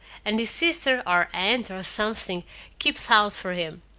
and his sister or aunt or something keeps house for him.